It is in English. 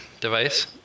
device